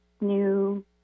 new